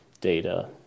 data